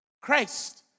Christ